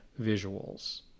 visuals